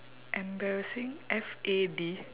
embarrassing F A D